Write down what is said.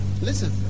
Listen